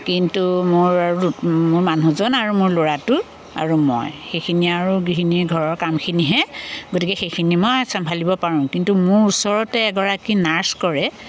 কিন্তু মোৰ মোৰ মানুহজন আৰু মোৰ ল'ৰাটো আৰু মই সেইখিনি আৰু গৃহিণীৰ ঘৰৰ কামখিনিহে গতিকে সেইখিনি মই চম্ভালিব পাৰোঁ কিন্তু মোৰ ওচৰতে এগৰাকী নাৰ্ছ কৰে